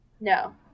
no